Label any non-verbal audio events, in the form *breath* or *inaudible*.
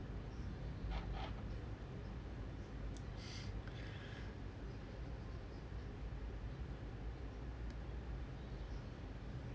*breath*